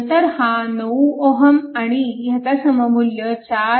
नंतर हा 9 Ω आणि ह्याचा सममुल्य 4